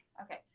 Okay